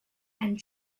and